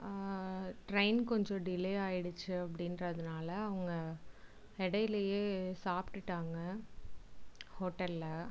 train கொஞ்சம் delay ஆயிடிச்சு அப்படின்றதுனால அவங்க இடையிலயே சாப்பிட்டுட்டாங்க ஹோட்டலில்